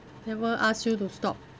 never ask you to stop